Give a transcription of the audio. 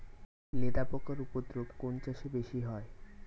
লেদা পোকার উপদ্রব কোন চাষে বেশি হয়?